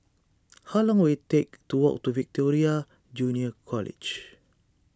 how long will it take to walk to Victoria Junior College